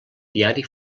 diari